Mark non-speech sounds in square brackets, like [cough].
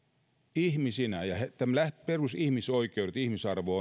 ihmisinä perusihmisoikeudet ihmisarvo [unintelligible]